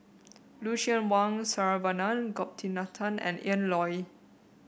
Lucien Wang Saravanan Gopinathan and Ian Loy